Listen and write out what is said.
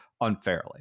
unfairly